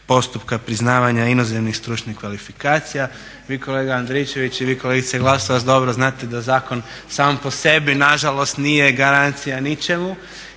postupka priznavanja inozemnih stručnih kvalifikacija. Vi kolega Andričević i vi kolegice … dobro znate da zakon sam po sebi nažalost nije garancija ničemu.